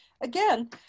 again